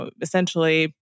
essentially